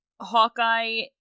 Hawkeye